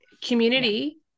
community